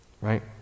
right